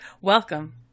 welcome